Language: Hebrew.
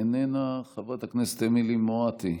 איננה, חברת הכנסת אמילי מואטי,